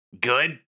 good